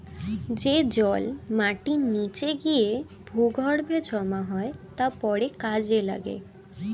যে জল মাটির নিচে গিয়ে ভূগর্ভে জমা হয় তা পরে কাজে লাগে